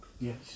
Yes